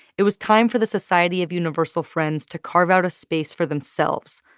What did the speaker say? it was time for the society of universal friends to carve out a space for themselves,